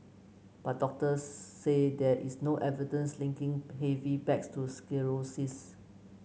but doctors say there is no evidence linking heavy bags to scoliosis